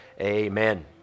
amen